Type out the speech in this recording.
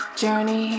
journey